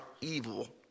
evil